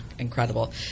Incredible